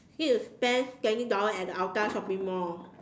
need to spend twenty dollar at the Hougang shopping mall